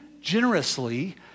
generously